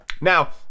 now